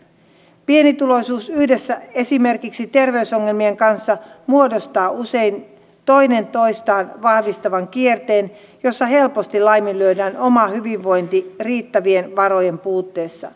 pienituloisuus yhdessä esimerkiksi terveysongelmien kanssa muodostaa usein toinen toistaan vahvistavan kierteen jossa helposti laiminlyödään oma hyvinvointi riittävien varojen puutteessa